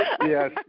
Yes